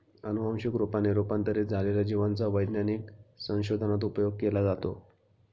अनुवंशिक रूपाने रूपांतरित झालेल्या जिवांचा वैज्ञानिक संशोधनात उपयोग केला जातो